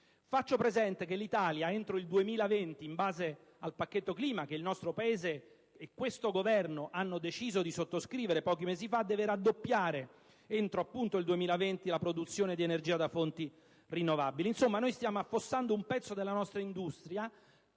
Faccio presente che l'Italia, entro il 2020, in base al pacchetto clima che il nostro Paese e questo Governo hanno deciso di sottoscrivere pochi mesi fa, deve raddoppiare la produzione di energia da fonti rinnovabili.